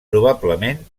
probablement